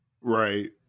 Right